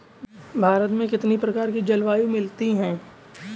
भारत में कितनी प्रकार की जलवायु मिलती है?